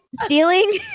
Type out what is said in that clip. stealing